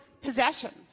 possessions